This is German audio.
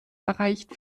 erreicht